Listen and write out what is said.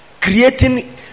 Creating